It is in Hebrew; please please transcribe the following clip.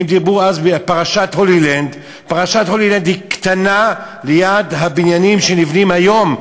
פרשת "הולילנד" היא קטנה ליד הבניינים שנבנים היום ב"תנובה"